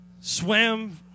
swam